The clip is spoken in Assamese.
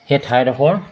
সেই ঠাইডোখৰ